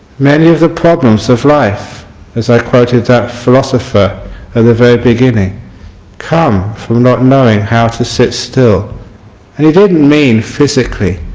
many of the problems of life as i quoted that philosopher at the very beginning come from not knowing how to sit still and it didn't mean physically,